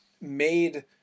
made